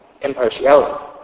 impartiality